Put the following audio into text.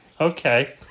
okay